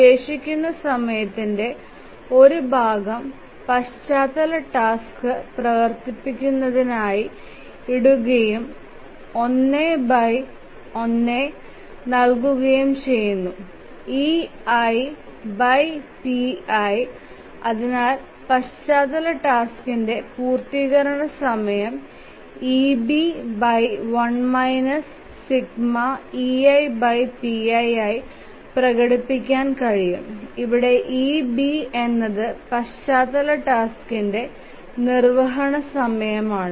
ശേഷിക്കുന്ന സമയത്തിന്റെ ഒരു ഭാഗം പശ്ചാത്തല ടാസ്ക് പ്രവർത്തിപ്പിക്കുന്നതിനായി ഇടുകയും 1 by by നൽകുകയും ചെയ്യുന്നു ei pi അതിനാൽ പശ്ചാത്തല ടാസ്ക്കിന്റെ പൂർത്തീകരണ സമയം eB 1 ∑ ei pi ആയി പ്രകടിപ്പിക്കാൻ കഴിയും ഇവിടെ eB എന്നത് പശ്ചാത്തല ടാസ്ക്കിന്റെ നിർവ്വഹണ സമയമാണ്